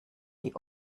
die